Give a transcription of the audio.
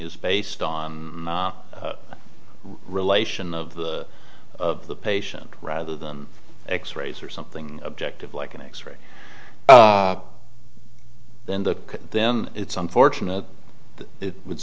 is based on relation of the of the patient rather than x rays or something objective like an x ray then the then it's unfortunate that it would